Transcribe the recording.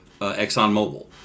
ExxonMobil